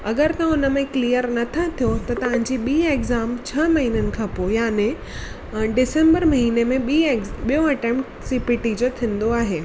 अगरि तव्हां हुनमें क्लिअर नथा थियो त तव्हांजी ॿी एक्ज़ाम छह महीननि खां पोइ यानि अ डिसैंबर महीने में ॿी एक्ज़ ॿियो अटैम्पट सीपीटी जो थींदो आहे